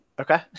okay